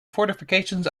fortifications